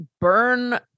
burn